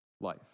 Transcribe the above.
life